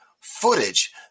footage